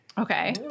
Okay